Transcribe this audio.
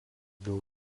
dėl